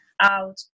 out